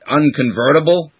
unconvertible